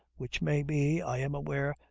which may be, i am aware,